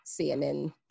CNN